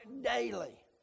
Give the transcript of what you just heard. daily